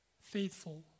faithful